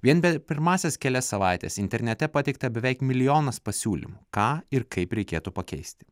vien per pirmąsias kelias savaites internete pateikta beveik milijonas pasiūlymų ką ir kaip reikėtų pakeisti